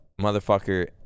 motherfucker